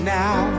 now